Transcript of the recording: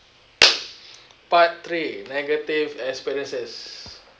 part three negative experiences